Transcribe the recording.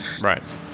Right